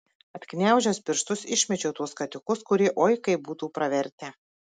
atgniaužęs pirštus išmečiau tuos skatikus kurie oi kaip būtų pravertę